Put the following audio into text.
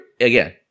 again